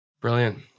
brilliant